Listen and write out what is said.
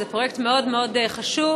זה פרויקט מאוד מאוד חשוב.